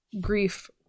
grief